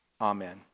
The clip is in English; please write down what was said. Amen